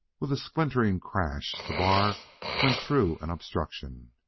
with a splintering crash, the bar went through an obstruction.